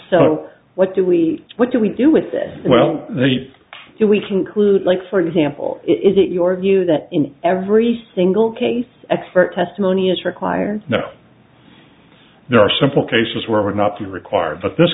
so what do we what do we do with this well if we conclude like for example is it your view that in every single case expert testimony is required there are simple cases where would not be required but this